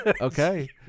okay